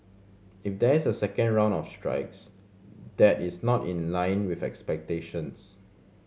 if there is a second round of strikes that is not in line with expectations